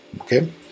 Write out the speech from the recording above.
Okay